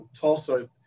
Tulsa